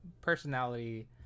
personality